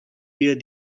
wir